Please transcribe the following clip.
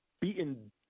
beaten